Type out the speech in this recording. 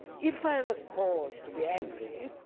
if i have a cause to be angry,